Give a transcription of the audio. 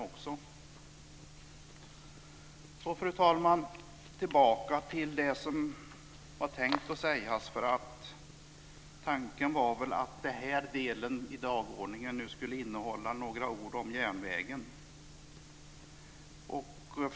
Fru talman! Jag ska så gå tillbaka till det jag hade tänkt säga. Tanken var väl att den här delen av dagordningen skulle innehålla några ord om järnvägen.